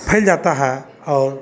फ़ैल जाता है और